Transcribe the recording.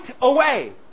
away